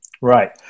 Right